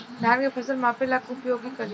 धान के फ़सल मापे ला का उपयोग करी?